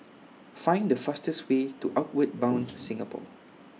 Find The fastest Way to Outward Bound Singapore